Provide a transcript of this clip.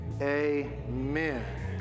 amen